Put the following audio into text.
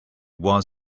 was